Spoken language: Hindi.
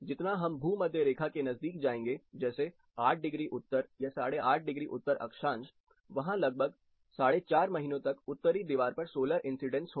जितना हम भूमध्य रेखा के नजदीक जाएंगे जैसे 8 डिग्री उत्तर या 85 डिग्री उत्तर अक्षांश वहां लगभग 45 महीनों तक उत्तरी दीवार पर सोलर इंसीडेंस होगा